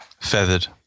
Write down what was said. feathered